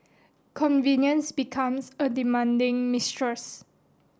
convenience becomes a demanding mistress